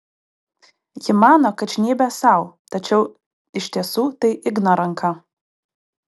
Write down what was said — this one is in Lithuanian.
ji mano kad žnybia sau tačiau iš tiesų tai igno ranka